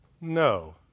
No